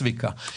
צביקה,